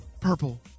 purple